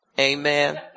Amen